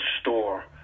store